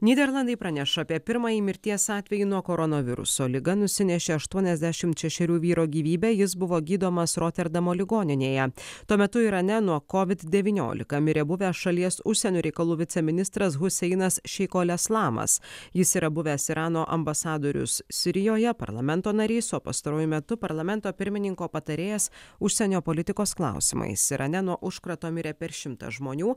nyderlandai praneša apie pirmąjį mirties atvejį nuo koronaviruso liga nusinešė aštuoniasdešimt šešerių vyro gyvybę jis buvo gydomas roterdamo ligoninėje tuo metu irane nuo covid devyniolika mirė buvęs šalies užsienio reikalų viceministras huseinas šeikoleslamas jis yra buvęs irano ambasadorius sirijoje parlamento narys o pastaruoju metu parlamento pirmininko patarėjas užsienio politikos klausimais irane nuo užkrato mirė per šimtą žmonių